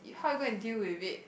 how you go and deal with it